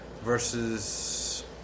versus